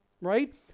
Right